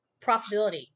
profitability